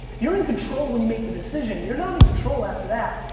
you're in control when you make the decision, you're not in control after that.